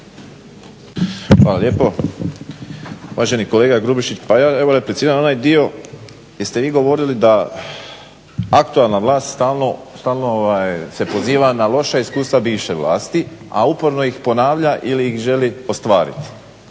Hvala lijepo. Uvaženi kolega Grubišić pa ja evo repliciram na onaj dio gdje ste vi govorili da aktualna vlast stalno, stalno se poziva na loša iskustva bivše vlasti, a uporno ih ponavlja ili ih želi ostvariti